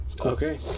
okay